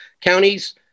counties